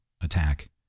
attack